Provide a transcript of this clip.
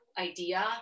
idea